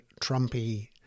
Trumpy